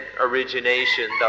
origination